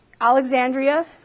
Alexandria